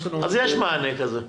אז יש מענה כזה.